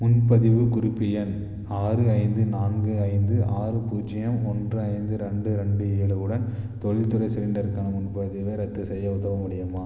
முன்பதிவு குறிப்பு எண் ஆறு ஐந்து நான்கு ஐந்து ஆறு பூஜ்ஜியம் ஒன்று ஐந்து ரெண்டு ரெண்டு ஏழு உடன் தொழில்துறை சிலிண்டருக்கான முன்பதிவை ரத்து செய்ய உதவ முடியுமா